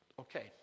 Okay